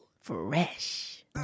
fresh